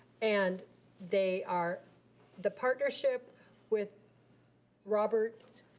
and they are the partnership with robert.